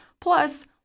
Plus